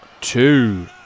two